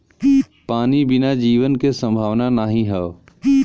पानी बिना जीवन के संभावना नाही हौ